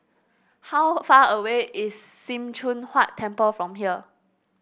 how far away is Sim Choon Huat Temple from here